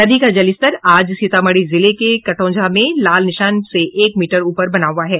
नदी का जलस्तर आज सीतामढ़ी जिले के कटौंझा में लाल निशान से एक मीटर ऊपर बना हुआ है